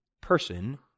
person